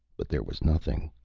but there was nothing.